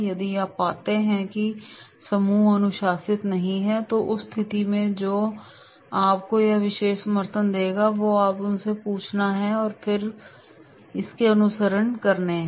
यदि आप पाते हैं कि समूह अनुशासित नहीं है तो उस स्थिति में जो आपको वह विशेष समर्थन देगा जो आपने उनसे पूछा है और फिर वे इसका अनुसरण कर रहे हैं